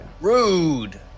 Rude